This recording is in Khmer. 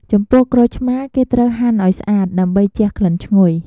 ចំពោះក្រូចឆ្មា គេត្រូវហាន់ឱ្យស្អាត ដើម្បីជះក្លិនឈ្ងុយ។